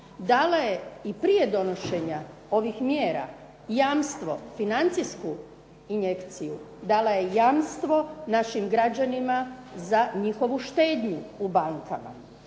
Dala je i prije donošenja ovih mjera jamstvo, financijsku injekciju, dala je jamstvo našim građanima za njihovu štednju u bankama.